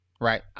Right